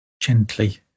Gently